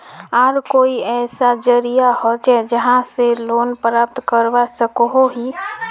आर कोई ऐसा जरिया होचे जहा से लोन प्राप्त करवा सकोहो ही?